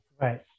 Right